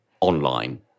online